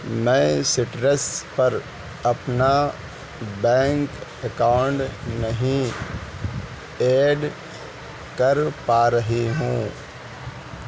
میں سٹرس پر اپنا بینک اکاؤنٹ نہیں ایڈ کر پا رہی ہوں